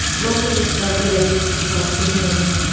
most of the stuff that i used to talk to him,